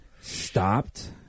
Stopped